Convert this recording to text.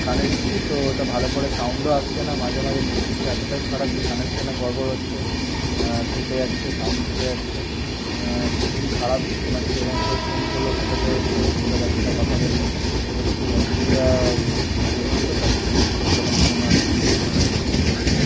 কানে নিচ্ছি তো ওটা ভালো করে সাউন্ডও আসছে না মাঝে মাঝে ব্লুটুথটা এতটাই খারাপ যে কানেকশানের গড়বড় হচ্ছে কেটে যাচ্ছে সাউন্ড কেটে যাচ্ছে খুবই খারাপ শোনাচ্ছে এবং কেউ ফোন করলেও সেটাতে কেউ শুনতে পাচ্ছে না কথা বললে তো ওটাতে খুব অসুবিধা হয়েছিল তার জন্য এই রকম ফোন আর হেডফোন আর আমি নেবো না